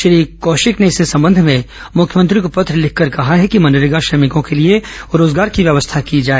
श्री कौशिक ने इस संबंध में मुख्यमंत्री को पत्र लिखकर कहा है कि मनरेगा श्रमिकों के लिए रोजगार की व्यवस्था की जाए